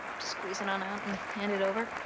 squeeze it on out and hand it over?